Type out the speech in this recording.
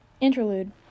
interlude